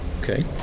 Okay